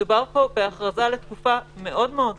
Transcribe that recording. מדובר פה בהכרזה לתקופה מאוד מאוד קצרה,